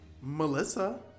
Melissa